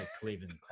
Cleveland